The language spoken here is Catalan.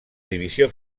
divisió